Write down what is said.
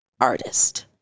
artist